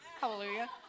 Hallelujah